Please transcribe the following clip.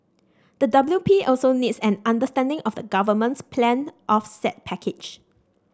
the W P also needs an understanding of the government's planned offset package